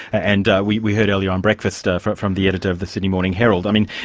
and we we heard earlier on breakfast from from the editor of the sydney morning herald. i mean